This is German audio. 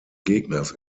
gegners